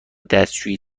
دستشویی